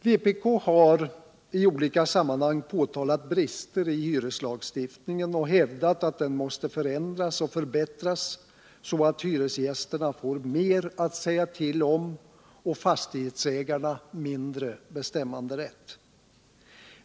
Vpk har i olika sammanhang påtalat brister i hyreslagstiftningen och hävdar att den måste förändras och förbättras så att hyresgästerna får mer att säga till om och fastighetsägarna mindre bestämmanderätt.